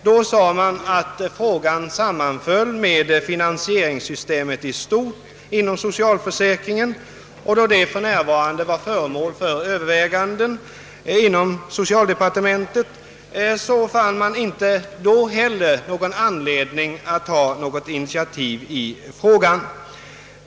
Då sade man att den sammanföll med finansieringssystemet i stort inom socialförsäkringen, och då det var föremål för överväganden inom socialdepartementet fann man inte heller då någon anledning att ta något initiativ i frågan.